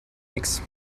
nix